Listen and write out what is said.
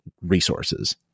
resources